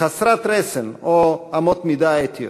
חסרת רסן או אמות מידה אתיות.